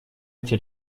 эти